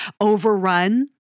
overrun